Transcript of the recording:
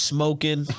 Smoking